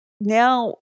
now